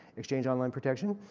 exchange online protection